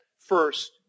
First